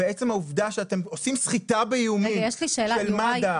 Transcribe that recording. ועצם זה שאתם עושים סחיטה באיומים ואומרים,